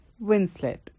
Winslet